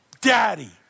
Daddy